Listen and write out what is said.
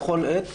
בכל עת,